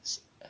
so